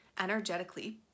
energetically